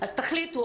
אז תחליטו,